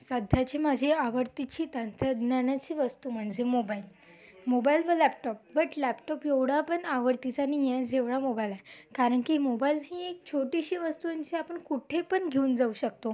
सध्याची माझी आवडतीची तंत्रज्ञानाची वस्तू म्हणजे मोबाईल मोबाईल व लॅपटॉप बट लॅपटॉप एवढा पण आवडतीचा नीये जेवढा मोबाईल आहे कारण की मोबाईल ही एक छोटीशी वस्तू आहे जी आपण कुठेपण घेऊन जाऊ शकतो